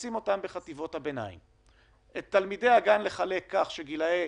לשים אותם בחטיבות הביניים ואת גילאי הגן לחלק כך שגילאי